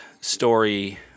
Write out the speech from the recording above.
story